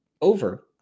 over